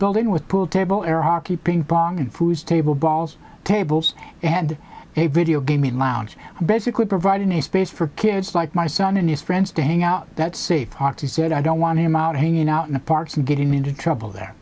building with pool table air hockey ping pong and food table balls tables and a video game in lounge basically providing a space for kids like my son and his friends to hang out that's a party said i don't want him out hanging out in the parks and get him into trouble there